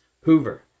Hoover